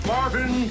Marvin